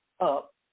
up